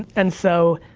and so.